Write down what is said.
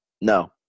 No